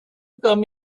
come